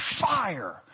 fire